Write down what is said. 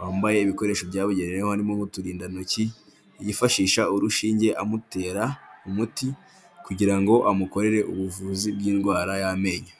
wambaye ibikoresho byabugenewe, harimo n'uturindantoki yifashisha urushinge amutera umuti, kugira ngo amukorere ubuvuzi bw'indwara y'amenyo.